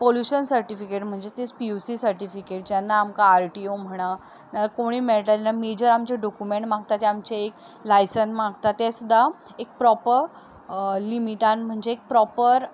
तशेंच pollution certificate म्हणजे ती पी यु सी साठी सरटिफिकेट जेन्ना आमकां आर टी ओ म्हणा नाजाल्यार कोणूय मेजर आमचे डॉक्युमेंट मागता लायसन मागता तें सुदां एक प्रोपर लिमिटान म्हणजे एक प्रोपर